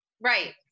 Right